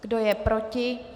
Kdo je proti?